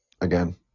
again